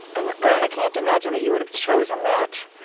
and i can't imagine that you would've chosen that,